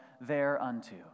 thereunto